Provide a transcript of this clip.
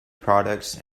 products